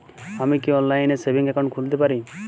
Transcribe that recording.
আমি কি অনলাইন এ সেভিংস অ্যাকাউন্ট খুলতে পারি?